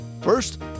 first